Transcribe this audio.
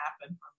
happen